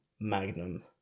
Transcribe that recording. magnum